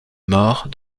more